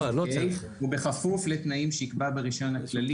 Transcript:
אוקי, ובכפוף לתנאים שיקבע ברישיונה הכללי.